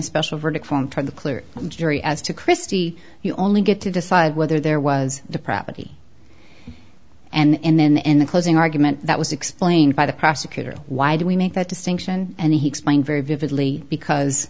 the special verdict from trying to clear the jury as to christie you only get to decide whether there was depravity and then in the closing argument that was explained by the prosecutor why do we make that distinction and he explained very vividly because